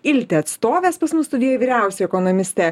ilte atstovės pas mus studijoj vyriausioji ekonomistė